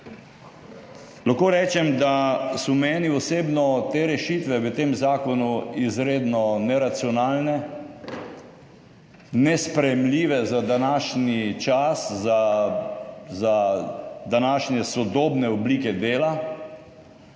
Lahko rečem, da so meni osebno te rešitve v tem zakonu izredno neracionalne, nesprejemljive za današnji čas, za današnje sodobne oblike dela.